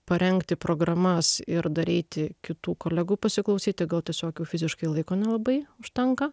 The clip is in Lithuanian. parengti programas ir dar eiti kitų kolegų pasiklausyti gal tiesiog jau fiziškai laiko nelabai užtenka